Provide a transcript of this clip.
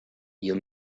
you